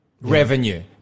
revenue –